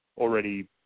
already